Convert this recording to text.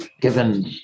given